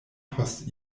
post